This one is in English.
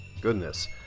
Goodness